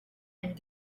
and